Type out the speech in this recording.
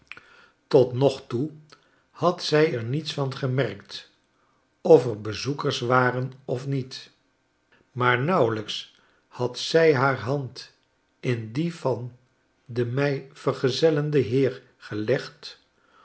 tot nqgtoe had zij er niets van gemerkt of er bezoekers waren of niet maar nauwelijks had zij haar hand in die van den mij vergezellenden heer gelegd